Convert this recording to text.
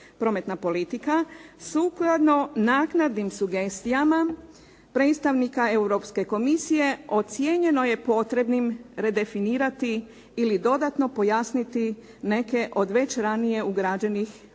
Prometna politika sukladno naknadnim sugestijama predstavnika Europske komisije ocijenjeno je potrebnim redefinirati ili dodatno pojasniti neke od veće ranije ugrađenih pravnih